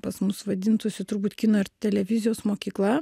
pas mus vadintųsi turbūt kino ir televizijos mokykla